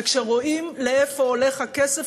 וכשרואים לאיפה הולך הכסף,